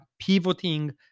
pivoting